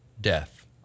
death